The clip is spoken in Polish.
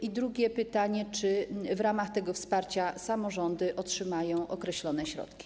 I drugie pytanie: Czy w ramach tego wsparcia samorządy otrzymają określone środki?